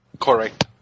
Correct